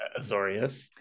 Azorius